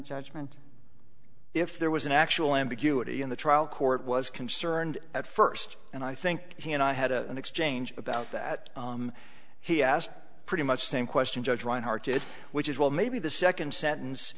judgment if there was an actual ambiguity in the trial court was concerned at first and i think he and i had a exchange about that he asked pretty much same question judge reinhardt did which is well maybe the second sentence